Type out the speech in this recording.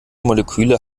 moleküle